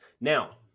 Now